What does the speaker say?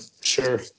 Sure